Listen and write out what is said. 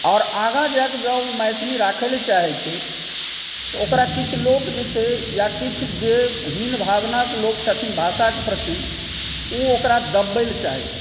आओर आगाँ जाके जँ ओ मैथिली राखै लए चाहै छै ओकरा किछु लोक जे छै या किछु जे हीनभावनाके लोक छथिन भाषाके प्रति ओ ओकरा दबेबै लए चाहै छथिन